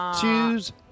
choose